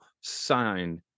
signed